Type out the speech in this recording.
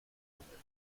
fummeln